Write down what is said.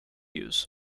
use